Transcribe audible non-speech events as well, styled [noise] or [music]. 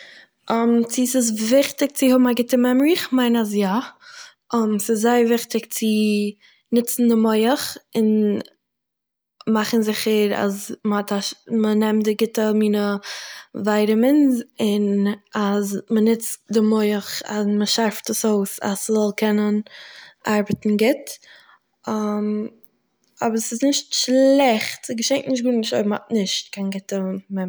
[hesitation] צו ס'איז וויכטיג צו האבן א גוטע מעמארי? איך מיין אז יא. [hesitation] ס'איז זייער וויכטיג צו ניצן די מח און מאכן זיכער אז מ'האט א ש- מ'נעמט די גוטע מיני ווייטאמינס, און אז מ'ניצט די מח, אז מ'שארפט עס אויס אז ס'זאל קענען ארבעטן גוט. [hesitation] אבער ס'איז נישט שלעכט, ס'געשעט נישט גארנישט אויב מ'האט נישט קיין גוטע מעמארי